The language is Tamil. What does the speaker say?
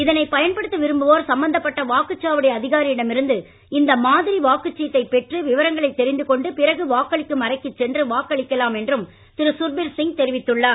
இதனை பயன்படுத்த விரும்புவோர் சம்மந்தப்பட்ட வாக்குச்சாவடி அதிகாரியிடமிருந்து இந்த மாதிரி வாக்குச்சீட்டை பெற்று விவரங்களை தெரிந்து கொண்டு பிறகு வாக்களிக்கும் அறைக்கு சென்று வாக்களிக்கலாம் என்றும் திரு சுர்பிர் சிங் தெரிவித்துள்ளார்